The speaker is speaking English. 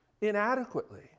inadequately